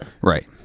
Right